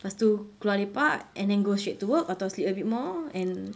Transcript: pastu keluar lepak and then go straight to work atau sleep a bit more and